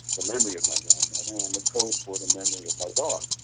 the memory of my grandmother, and the code for the memory of my dog.